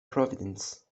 providence